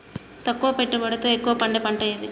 తక్కువ పెట్టుబడితో ఎక్కువగా పండే పంట ఏది?